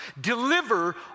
deliver